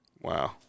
Wow